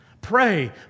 pray